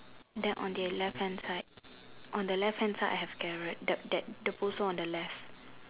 then on the left hand side on the left hand side I have carrot that that poster on the left